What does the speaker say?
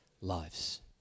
lives